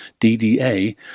DDA